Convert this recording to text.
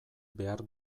behar